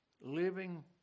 living